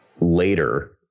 Later